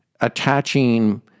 attaching